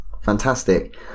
fantastic